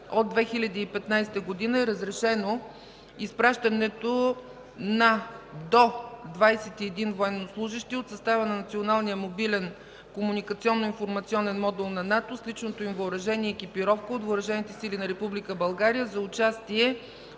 от 2015 г. е разрешено изпращането до 21 военнослужещи от състава на Националния мобилен комуникационно-информационен модул на НАТО с личното им въоръжение и екипировка от Въоръжените